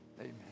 Amen